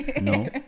no